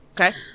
okay